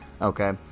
okay